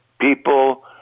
people